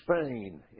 Spain